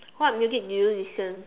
what music do you listen